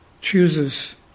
chooses